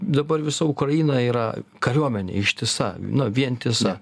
dabar visa ukraina yra kariuomenė ištisa na vientisa